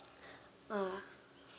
ah